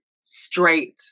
straight